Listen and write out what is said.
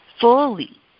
fully